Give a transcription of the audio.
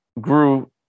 grew